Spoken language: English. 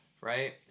right